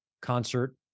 concert